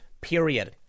period